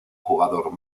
jugador